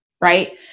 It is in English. right